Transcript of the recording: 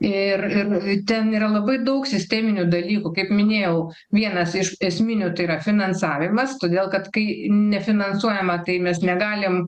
ir ir ten yra labai daug sisteminių dalykų kaip minėjau vienas iš esminių tai yra finansavimas todėl kad kai nefinansuojama tai mes negalim